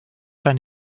zijn